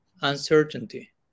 uncertainty